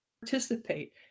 participate